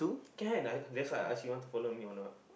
can that's why I ask you want to follow me or not